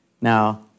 Now